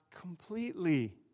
completely